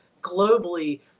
globally